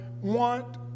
want